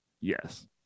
Yes